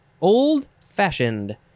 Old-fashioned